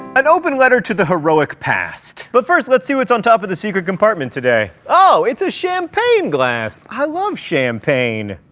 an open letter to the heroic past. but first, let's see what's on top of the secret compartment today. oh, it's a champagne glass, i love champagne.